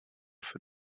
für